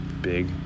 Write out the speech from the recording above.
big